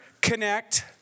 connect